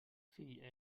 fill